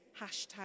hashtag